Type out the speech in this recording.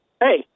Hey